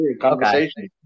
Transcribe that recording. conversation